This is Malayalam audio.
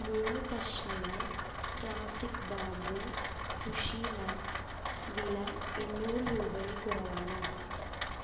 മൂന്ന് കഷ്ണങ്ങൾ ക്ലാസ്സിക് ബാംബൂ സുഷി മാറ്റ് വില എണ്ണൂറ് രൂപയിൽ കുറവാണോ